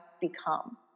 become